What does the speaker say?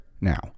now